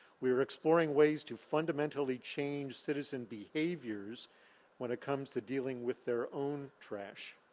we're exploring ways to fundamentally change citizen behaviors when it comes to dealing with their own trash.